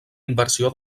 inversió